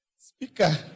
speaker